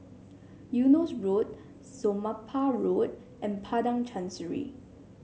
Eunos Road Somapah Road and Padang Chancery